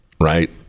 right